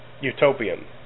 utopian